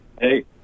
Hey